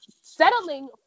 settling